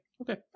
Okay